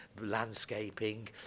landscaping